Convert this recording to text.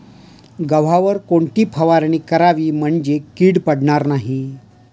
गव्हावर कोणती फवारणी करावी म्हणजे कीड पडणार नाही?